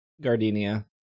Gardenia